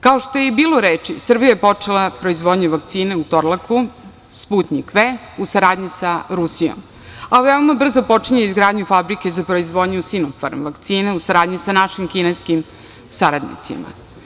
Kao što je i bilo reči, Srbija je počela proizvodnju vakcina u „Torlaku“ „Sputnjik V“ u saradnji sa Rusijom, a veoma brzo počinje izgradnju fabrike za proizvodnju „Sinofarm“ vakcine u saradnji sa našim kineskim saradnicima.